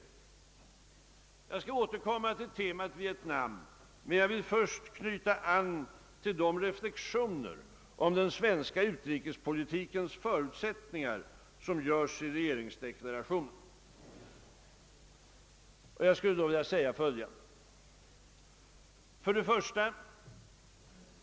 Jag skall återkomma till temat Vietnam, men jag vill först knyta an till de reflexioner om den svenska utrikespolitikens förutsättningar, som görs i regeringsdeklarationen. Jag skulle då vilja säga följande. 1.